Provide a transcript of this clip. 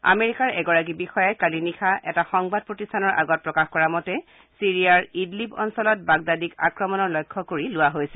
আমেৰিকাৰ এগৰাকী বিষয়াই কালি নিশা এটা সংবাদ প্ৰতিষ্ঠানৰ আগৰ প্ৰকাশ কৰা মতে চিৰিয়াৰ ইদলিব অঞ্চলত বাগদাদীক আক্ৰমণৰ লক্ষ্য কৰি লোৱা হৈছিল